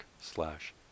slash